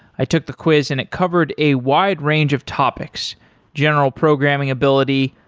i took the quiz and it covered a wide range of topics general programming ability,